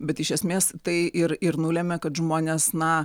bet iš esmės tai ir ir nulemia kad žmonės na